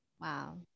wow